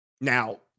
Now